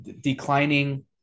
declining